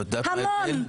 המון.